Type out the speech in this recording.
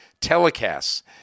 telecasts